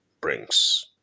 brings